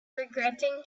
regretting